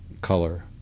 color